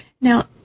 Now